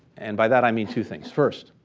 and by that i mean two things. first,